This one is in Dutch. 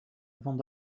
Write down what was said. van